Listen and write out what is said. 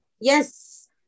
yes